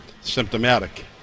symptomatic